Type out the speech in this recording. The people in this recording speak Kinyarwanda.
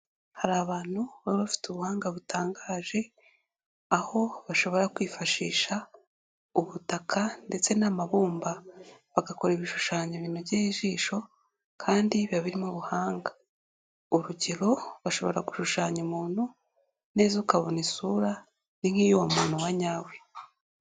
Hari abantu baba bafite ubuhanga butangaje aho bashobora kwifashisha ubutaka ndetse n'amabumba bagakora ibishushanyo binogeye ijisho kandi biba birimo ubuhanga, urugero bashobora gushushanya umuntu neza ukabona isura ni nk'iy'uwo muntu wanyawe.